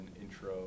intro